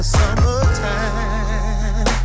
summertime